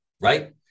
right